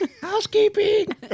housekeeping